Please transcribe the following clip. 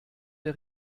der